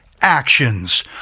actions